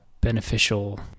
beneficial